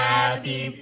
Happy